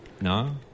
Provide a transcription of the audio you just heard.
no